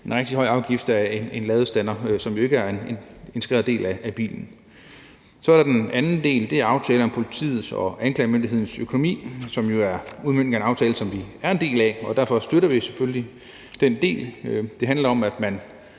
en rigtig høj afgift af en ladestander, som jo ikke er en integreret del af bilen. Så er der den anden del. Det er aftalen om politiets og anklagemyndighedens økonomi, som jo er udmøntningen af en aftale, som vi er en del af, og derfor støtter vi selvfølgelig den del. Det handler om, at man